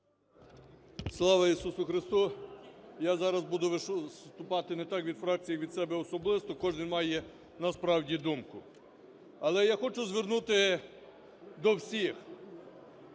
Слава Ісусу Христу! Я зараз буду виступати не так від фракції, а від себе особисто, кожен має насправді думку. Але я хочу звернутися до всіх.